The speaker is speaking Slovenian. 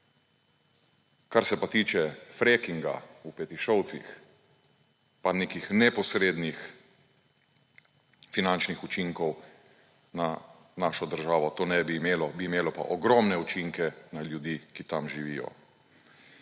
Kar se pa tiče frackinga v Petišovcih, pa nekih neposrednih finančnih učinkov na našo državo to ne bi imelo; bi imelo pa ogromne učinke na ljudi, ki tam živijo.